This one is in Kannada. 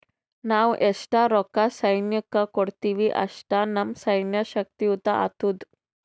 ನಾವ್ ಎಸ್ಟ್ ರೊಕ್ಕಾ ಸೈನ್ಯಕ್ಕ ಕೊಡ್ತೀವಿ, ಅಷ್ಟ ನಮ್ ಸೈನ್ಯ ಶಕ್ತಿಯುತ ಆತ್ತುದ್